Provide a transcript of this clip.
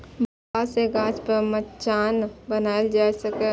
बांस सं गाछ पर मचान बनाएल जा सकैए